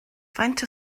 faint